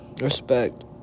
respect